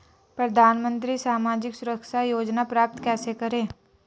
प्रधानमंत्री सामाजिक सुरक्षा योजना प्राप्त कैसे करें?